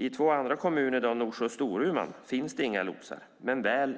I två andra kommuner, Norsjö och Storuman, finns inga lotsar men väl